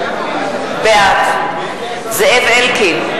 בעד זאב אלקין,